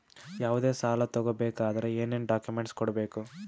ಯಾವುದೇ ಸಾಲ ತಗೊ ಬೇಕಾದ್ರೆ ಏನೇನ್ ಡಾಕ್ಯೂಮೆಂಟ್ಸ್ ಕೊಡಬೇಕು?